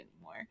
anymore